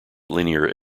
linear